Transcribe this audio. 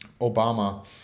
Obama